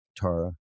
Tara